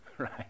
Right